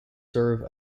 serve